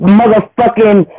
motherfucking